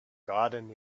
garden